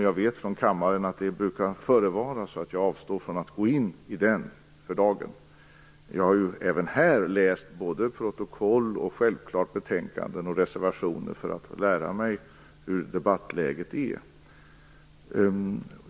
Jag vet från kammaren att det brukar vara så. Därför avstår jag från att blanda mig i den i dag. Jag har även i det här fallet läst protokoll och, självklart, betänkanden och reservationer för att lära mig hur debattläget är.